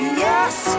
yes